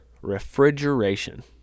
refrigeration